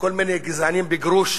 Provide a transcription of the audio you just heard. כל מיני גזענים בגרוש: